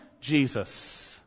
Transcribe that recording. Jesus